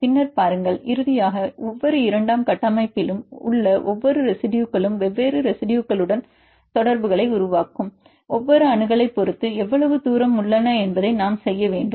பின்னர் பாருங்கள் இறுதியாக ஒவ்வொரு இரண்டாம் கட்டமைப்பிலும் உள்ள ஒவ்வொரு ரெசிடுயுகளும் வெவ்வேறு ரெசிடுயுகளுடன் தொடர்புகளை உருவாக்கும் ஒவ்வொரு அணுகலைப் பொறுத்து எவ்வளவு தூரம் உள்ளன என்பதை நாம் செய்ய வேண்டும்